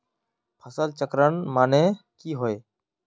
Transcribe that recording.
फसल चक्रण माने की होय?